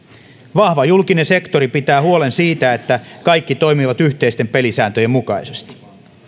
vahva julkinen sektori pitää huolen siitä että kaikki toimivat yhteisten pelisääntöjen mukaisesti